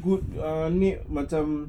good err ini macam